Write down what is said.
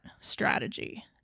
strategy